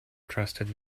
trusted